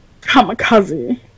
kamikaze